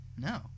No